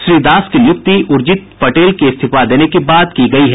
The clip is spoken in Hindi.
श्री दास की नियुक्ति उर्जित पटेल के इस्तीफा देने के बाद की गयी है